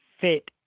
fit